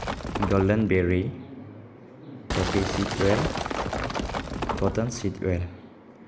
golden berry poppy seed oil cotton seed oil